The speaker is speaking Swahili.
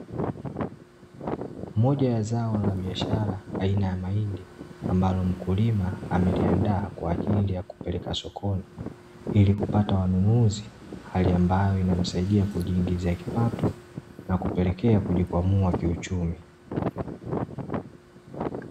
Moja ya zao la biashara aina ya mahindi, ambalo mkulima ameliandaa kwaajili ya kupeleka sokoni, ili kupata wanunuzi, hali ambayo inamsaidia kujiingizia kipato, na kupelekea kujikwamua kiuchumi.